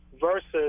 Versus